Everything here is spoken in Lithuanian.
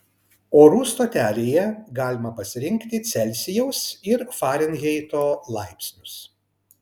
orų stotelėje galima pasirinkti celsijaus ir farenheito laipsnius